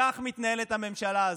כך מתנהלת הממשלה הזו.